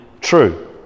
true